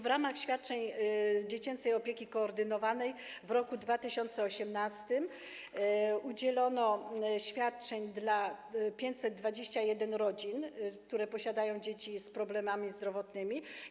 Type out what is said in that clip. W ramach świadczeń dziecięcej opieki koordynowanej w roku 2018 udzielono świadczeń 521 rodzinom, które mają dzieci z problemami zdrowotnymi.